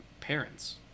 parents